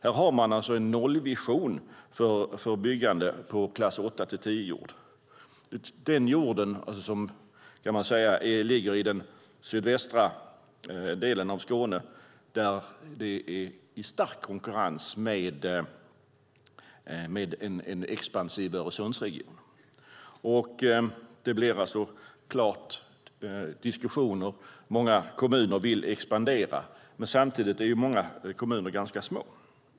Man har en nollvision för byggande på jord av klass 8-10, den jord som man kan säga ligger i den sydvästra delen av Skåne, där det finns stark konkurrens från en expansiv Öresundsregion. Det blir diskussioner. Många kommuner vill expandera, men samtidigt är många kommuner ganska små.